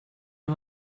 nhw